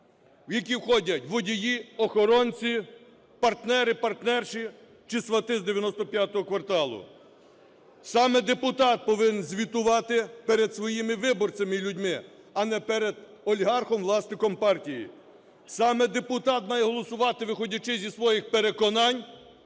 в які входять водії, охоронці, партнери, партнерши чи свати з "95 кварталу". Саме депутат повинен звітувати перед своїми виборцями, людьми, а не перед олігархом-власником партії. Саме депутат має голосувати, виходячи зі своїх переконань